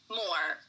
more